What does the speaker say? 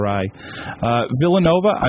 Villanova